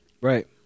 right